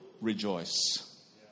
rejoice